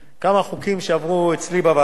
כמה חוקים שעברו אצלי בוועדה.